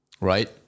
right